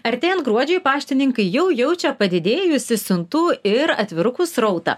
artėjant gruodžiui paštininkai jau jaučia padidėjusį siuntų ir atvirukų srautą